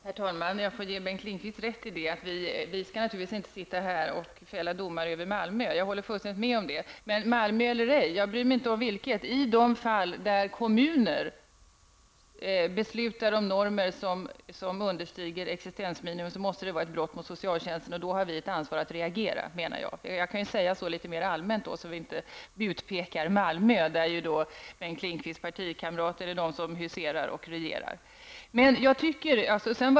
Herr talman! Jag får ge Bengt Lindqvist rätt i att vi naturligtvis inte här skall fälla domar över Malmö. Jag håller fullständigt med om detta. Men oberoende av vad som sker i Malmö menar jag att det måste vara ett brott mot socialtjänstlagen när kommuner beslutar om bidragsnormer som understiger existensminimum. Jag menar att vi då har ett ansvar att reagera. Jag kan alltså säga så litet mer allmänt, så att vi inte utpekar Malmö, där Bengt Lindqvists partikamrater i dag huserar och regerar.